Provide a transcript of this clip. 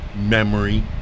memory